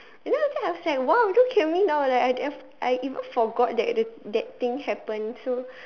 and then after that I was said !wow! don't kill me now leh I'd I even forgot that the that thing happened so